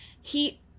heat